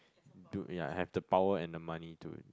do yea have the power and the money to